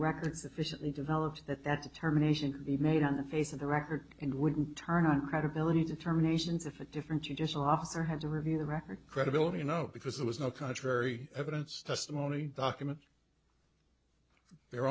record sufficiently developed that that determination can be made on the face of the record and would turn on credibility determinations if a different judicial officer have to review the record credibility you know because there was no contrary evidence testimony document